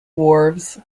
wharves